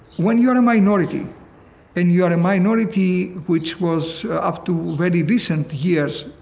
when you're and a minority and you are a minority which was, up to really recent years,